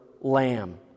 lamb